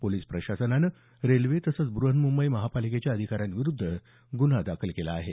police प्रशासनानं railway तसंच ब्रहन्मुंबई महापालिकेच्या अधिकाऱ्यांविरुद्ध ग्रन्हा दाखल केला आहे